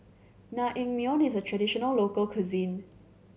naengmyeon is a traditional local cuisine